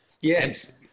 yes